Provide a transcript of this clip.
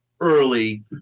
early